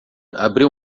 abriu